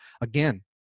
Again